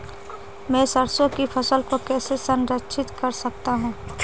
मैं सरसों की फसल को कैसे संरक्षित कर सकता हूँ?